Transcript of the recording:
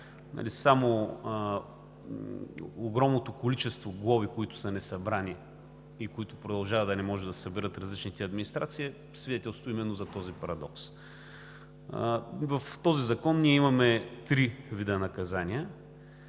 Само огромното количество глоби, които са несъбрани и които продължават да не могат да се съберат в различните администрации, свидетелства именно за този парадокс. В този закон имаме три вида наказания.